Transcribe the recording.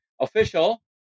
official